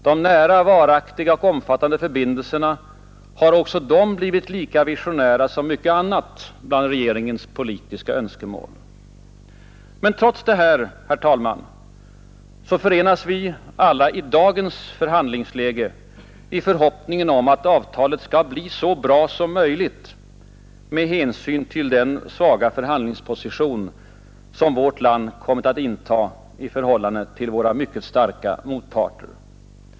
De ”nära, varaktiga och omfattande förbindelserna” har också de blivit lika visionära som mycket annat bland regeringens politiska önskemål. Trots detta, herr talman, förenas vi alla i dagens förhandlingsläge i förhoppningen om att avtalet skall bli så bra som möjligt med hänsyn till den svaga förhandlingsposition som vårt land kommit att inta i förhållande till våra mycket starka motparter.